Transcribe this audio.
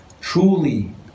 truly